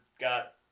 got